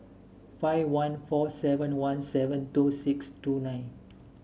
five one four seven one seven two six two nine